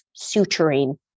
suturing